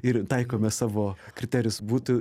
ir taikome savo kriterijus būtų